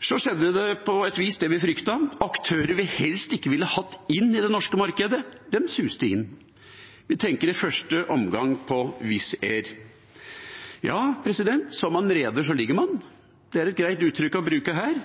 Så skjedde på et vis det vi fryktet: Aktører vi helst ikke ville hatt inn i det norske markedet, suste inn. Jeg tenker i første omgang på Wizz Air. Ja, som man reder, ligger man. Det er et greit uttrykk å bruke her.